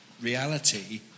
reality